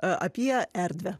apie erdvę